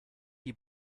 die